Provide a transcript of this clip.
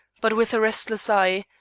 but with a restless eye,